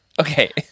Okay